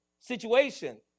situation